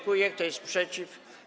Kto jest przeciw?